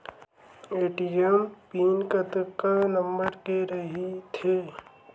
ATM PIN कतका number के रही थे?